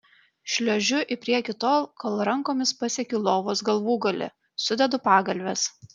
šliuožiu į priekį tol kol rankomis pasiekiu lovos galvūgalį sudedu pagalves